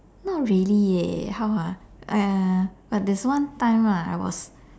not really leh how ah uh but there's one time lah I was